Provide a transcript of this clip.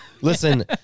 Listen